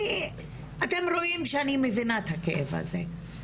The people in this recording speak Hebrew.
אתם רואים שאני מבינה את הכאב הזה,